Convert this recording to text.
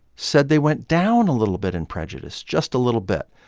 said they went down a little bit in prejudice, just a little bit.